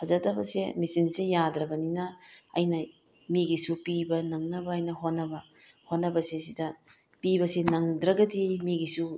ꯐꯖꯗꯕꯁꯦ ꯃꯦꯆꯤꯟꯁꯦ ꯌꯥꯗ꯭ꯔꯕꯅꯤꯅ ꯑꯩꯅ ꯃꯤꯒꯤꯁꯨ ꯄꯤꯕ ꯅꯪꯅꯕ ꯍꯥꯏꯅ ꯍꯣꯠꯅꯕ ꯍꯣꯠꯅꯕꯩꯁꯤꯗꯩꯁꯤꯗ ꯄꯤꯕꯁꯦ ꯅꯪꯗ꯭ꯔꯒꯗꯤ ꯃꯤꯒꯤꯁꯨ